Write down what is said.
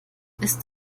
ist